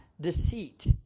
deceit